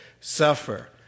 suffer